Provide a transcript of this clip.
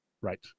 Right